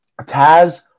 Taz